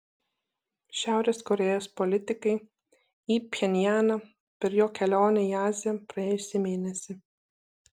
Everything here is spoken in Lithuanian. šiaurės korėjos politikai į pchenjaną per jo kelionę į aziją praėjusį mėnesį